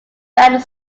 banned